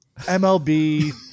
mlb